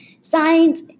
science